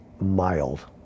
mild